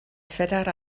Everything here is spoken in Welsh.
phedair